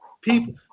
people